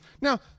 Now